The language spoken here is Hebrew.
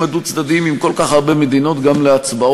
הדו-צדדיים עם כל כך הרבה מדינות גם להצבעות